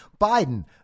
Biden